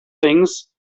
things